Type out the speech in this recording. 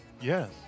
Yes